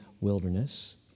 wilderness